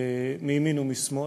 מימין ומשמאל,